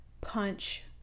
punch